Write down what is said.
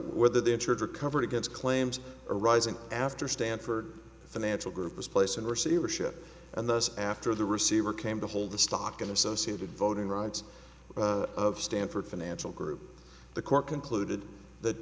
whether they insured or covered against claims arising after stanford financial group was placed in receivership and thus after the receiver came to hold the stock and associated voting rights of stanford financial group the court concluded that